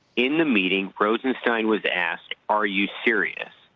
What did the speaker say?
in the meeting rosenstein was asked are you serious?